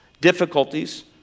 difficulties